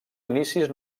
inicis